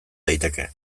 daiteke